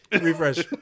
refresh